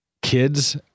kids